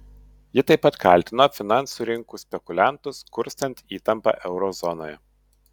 ji taip pat kaltino finansų rinkų spekuliantus kurstant įtampą euro zonoje